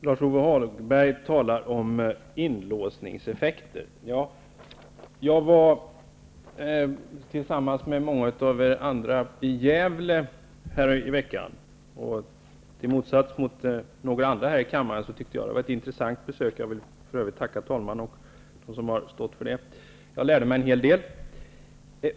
Herr talman! Lars-Ove Hagberg talar om inlåsningseffekter. Jag var, tillsammans med många av er andra, i Gävle häromveckan. I motsats till några andra här i kammaren tyckte jag att det var ett intressant besök. Jag vill för övrigt tacka talmannen och dem som har stått för besöket. Jag lärde mig en hel del.